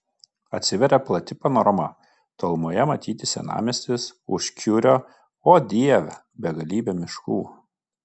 atsiveria plati panorama tolumoje matyti senamiestis už kiurio o dieve begalybė miškų